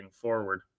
forward